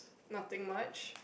nothing much